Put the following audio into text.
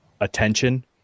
attention